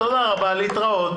תודה רבה ולהתראות.